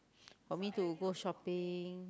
for me to go shopping